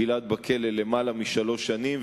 גלעד בכלא למעלה משלוש שנים,